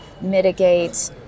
mitigate